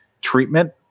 treatment